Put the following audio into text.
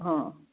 हां